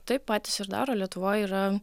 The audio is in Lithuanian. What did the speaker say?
taip patys ir daro lietuvoj yra